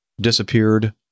disappeared